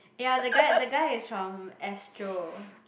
ya the guy the guy is from Astro